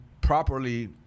properly